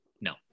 No